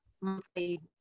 monthly